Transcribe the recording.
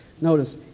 Notice